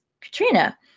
Katrina